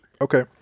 okay